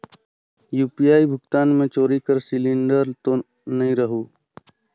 UPI भुगतान मे चोरी कर सिलिंडर तो नइ रहु?